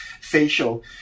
facial